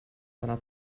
seiner